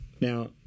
Now